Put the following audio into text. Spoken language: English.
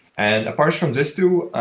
and apart from these two,